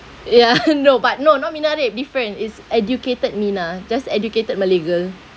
ya no but no not minah dey different it's educated minah just educated malay girl